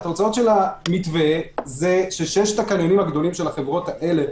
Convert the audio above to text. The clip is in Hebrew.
בסוף השבוע הזה נוכל לדעת מה קורה הלאה.